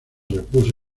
repuso